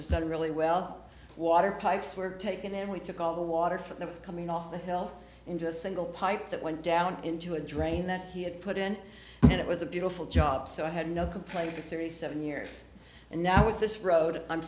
was done really well water pipes were taken and we took all the water from that was coming off the hill into a single pipe that went down into a drain that he had put in and it was a beautiful job so i had no complaints for thirty seven years and now with this road i'm